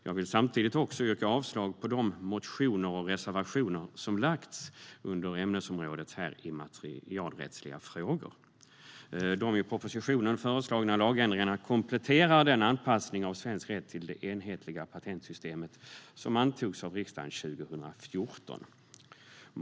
Jag vill samtidigt yrka avslag på de motioner och reservationer som lagts på området immaterialrättsliga frågor. De i propositionen föreslagna lagändringarna kompletterar den anpassning av svensk rätt till det enhetliga patentsystemet som antogs av riksdagen 2014.